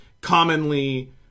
commonly